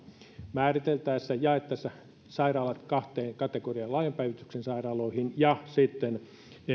määriteltäessä jaettaessa sairaalat kahteen kategoriaan laajan päivystyksen sairaaloihin ja sitten